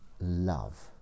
love